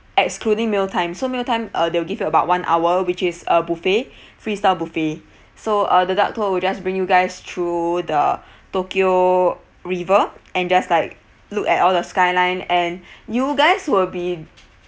excluding meal time so meal time uh they'll give you about one hour which is a buffet free style buffet so uh the duck tour will just bring you guys through the tokyo river and just like look at all the skyline and you guys will be